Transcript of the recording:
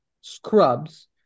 scrubs